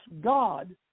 God